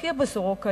בכיר ב"סורוקה"